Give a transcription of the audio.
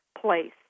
place